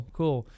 cool